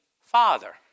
father